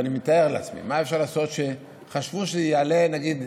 אני מתאר לעצמי שחשבו שזה יעלה, נגיד,